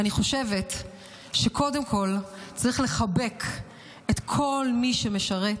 ואני חושבת שקודם כול צריך לחבק את כל מי שמשרת,